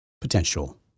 potential